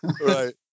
right